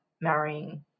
marrying